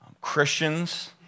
Christians